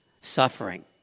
suffering